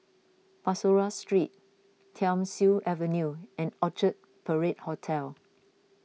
Bussorah Street Thiam Siew Avenue and Orchard Parade Hotel